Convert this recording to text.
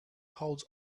holds